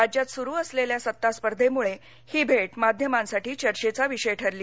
राज्यात सुरू असलेल्या सत्ता स्पर्धेमुळे ही भेट माध्यमांसाठी चर्घेचा विषय ठरली